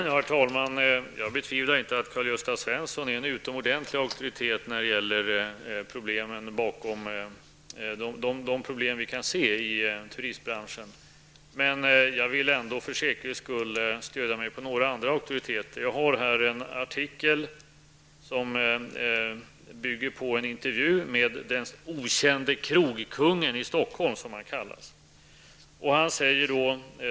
Herr talman! Jag betvivlar inte att Karl-Gösta Svenson är en utomordentlig auktoritet när det gäller de problem vi kan se i turistbranschen. Men jag vill ändå för säkerhets skull stödja mig på några andra auktoriteter. Jag har här en artikel som bygger på en intervju med ''den okände krogkungen i Stockholm'', som han kallas.